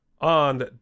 on